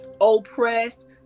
oppressed